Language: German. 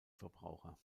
verbraucher